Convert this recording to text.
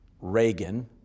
Reagan